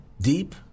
deep